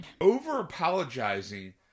over-apologizing